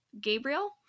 Gabriel